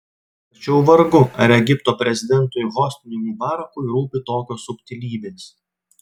tačiau vargu ar egipto prezidentui hosniui mubarakui rūpi tokios subtilybės